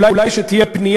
שתהיה אולי פנייה,